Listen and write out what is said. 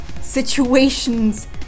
situations